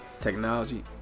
technology